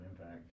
impact